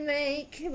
make